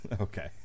Okay